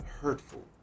hurtful